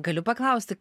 galiu paklausti